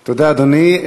תודה, אדוני.